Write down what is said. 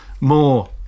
more